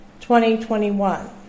2021